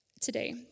today